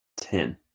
ten